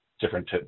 different